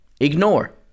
ignore